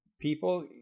people